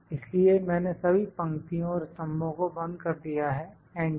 इसलिए मैंने सभी पंक्तियां और स्तंभों को बंद कर दिया है एंटर